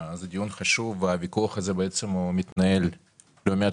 זה דיון חשוב והוויכוח הזה בעצם מתנהל לא מעט